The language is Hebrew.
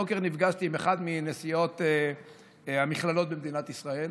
הבוקר נפגשתי עם אחד מנשיאות המכללות במדינת ישראל,